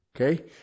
Okay